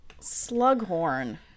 Slughorn